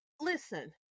listen